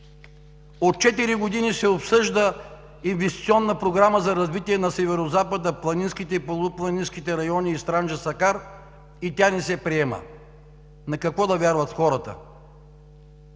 четири години се обсъжда инвестиционна програма за развитие на Северозапада, на планинските, полупланинските райони и Странджа – Сакар и тя не се приема. На какво да вярват хората?